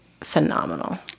phenomenal